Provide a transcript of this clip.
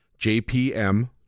JPM